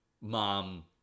mom